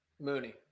Mooney